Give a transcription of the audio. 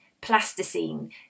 plasticine